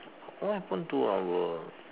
what happened to our